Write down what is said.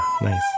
Nice